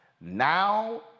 Now